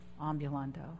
ambulando